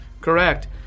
Correct